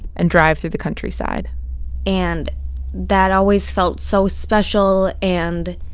and drive through the countryside and that always felt so special and.